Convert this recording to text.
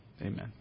Amen